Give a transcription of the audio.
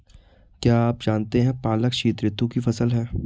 क्या आप जानते है पालक शीतऋतु की फसल है?